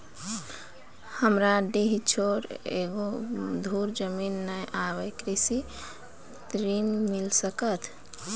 हमरा डीह छोर एको धुर जमीन न या कृषि ऋण मिल सकत?